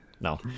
No